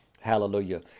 Hallelujah